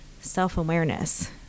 self-awareness